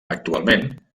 actualment